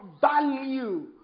value